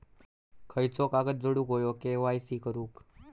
खयचो कागद जोडुक होयो के.वाय.सी करूक?